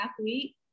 athlete